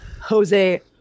Jose